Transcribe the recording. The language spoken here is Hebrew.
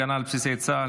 הגנה על בסיסי צה"ל,